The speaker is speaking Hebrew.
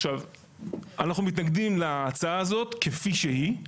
עכשיו, אנחנו מתנגדים להצעה הזאת כפי שהיא.